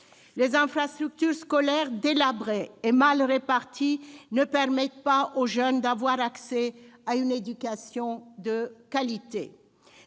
Les infrastructures scolaires délabrées et mal réparties ne permettent pas aux jeunes d'avoir accès à une éducation de qualité.